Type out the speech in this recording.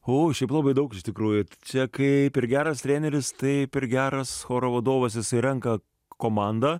o šiaip labai daug iš tikrųjų čia kaip ir geras treneris taip ir geras choro vadovas jisai renka komandą